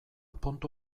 puntu